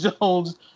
Jones